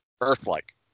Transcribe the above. Earth-like